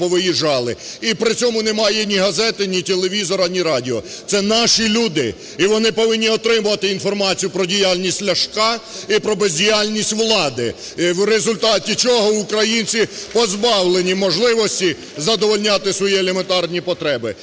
І при цьому немає ні газети, ні телевізора, ні радіо. Це наші люди! І вони повинні отримувати інформацію про діяльність Ляшка і про бездіяльність влади, в результаті чого українці позбавлені можливості задовольняти свої елементарні потреби.